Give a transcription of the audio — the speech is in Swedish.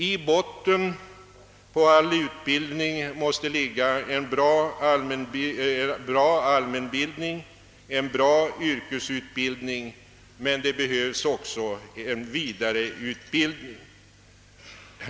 I botten på all utbildning måste ligga en bra allmänbildning och en bra yrkesutbildning men det behövs också vidareutbildning.